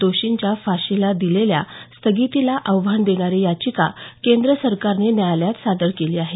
दोषींच्या फाशीला दिलेल्या स्थगितीला आव्हान देणारी याचिका केंद्र सरकारने न्यायालयात सादर केली आहे